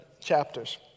chapters